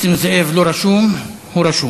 גם כשנסים זאב לא רשום, הוא רשום.